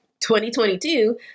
2022